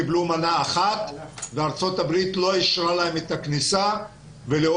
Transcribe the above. קיבלו מנה אחת וארצות הברית לא אישרה להם את הכניסה ולאור